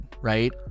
right